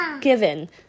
Given